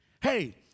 Hey